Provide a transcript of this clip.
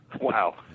Wow